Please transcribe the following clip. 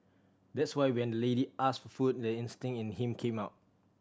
that's why when the lady asked for food the instinct in him came out